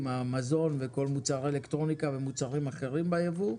עם המזון וכל מוצרי האלקטרוניקה ומוצרים אחרים בייבוא.